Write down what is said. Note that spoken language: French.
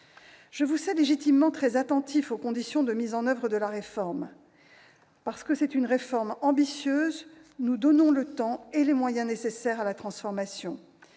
Je vous sais légitimement très attentifs aux conditions de mise en oeuvre de la réforme. Parce que c'est une réforme ambitieuse, nous donnons le temps et les moyens nécessaires à la transformation.